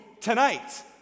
tonight